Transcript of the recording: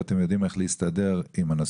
ושאתם יודעים איך להסתדר איתו.